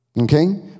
okay